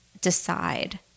decide